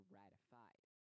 ratified